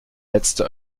letzte